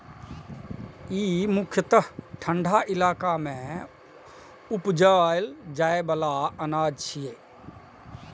ई मुख्यतः ठंढा इलाका मे उपजाएल जाइ बला अनाज छियै